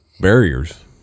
barriers